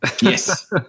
Yes